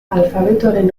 alfabetoaren